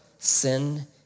Sin